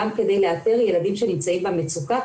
גם כדי לאתר ילדים שנמצאים במצוקה,